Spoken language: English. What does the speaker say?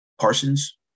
Parsons